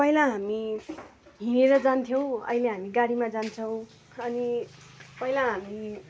पहिला हामी हिँडेर जान्थ्यौँ अहिले हामी गाडीमा जान्छौँ अनि पहिला हामी